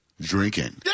drinking